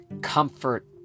comfort